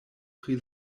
pri